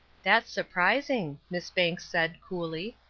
that's surprising, miss banks said, coolly.